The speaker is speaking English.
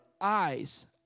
eyes